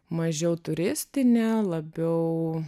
mažiau turistinė labiau